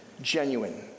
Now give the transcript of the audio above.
genuine